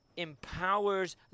empowers